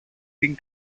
την